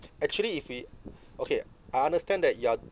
actually if it okay I understand that you are